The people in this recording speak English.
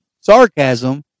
sarcasm